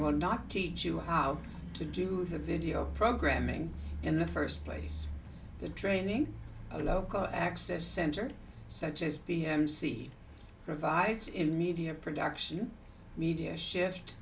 will not teach you how to do the video programming in the first place the training a local access center such as b m c provides in media production media shift